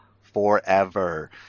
Forever